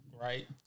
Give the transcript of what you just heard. Right